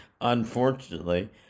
unfortunately